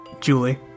Julie